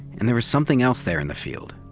and there was something else there in the field,